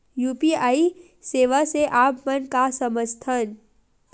UPI सेवा से आप मन का समझ थान?